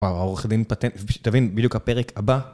וואו, העורך דין פטנט... תבין, בדיוק הפרק הבא...